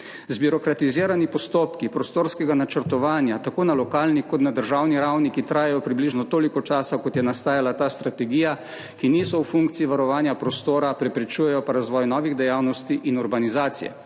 Zbirokratizirani postopki prostorskega načrtovanja tako na lokalni kot na državni ravni, ki trajajo približno toliko časa, kot je nastajala ta strategija, ki niso v funkciji varovanja prostora, preprečujejo pa razvoj novih dejavnosti in urbanizacije